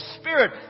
Spirit